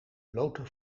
blote